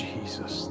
Jesus